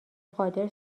قادر